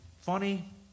funny